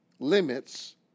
Limits